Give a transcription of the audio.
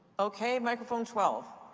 okay, microphone twelve.